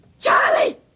Charlie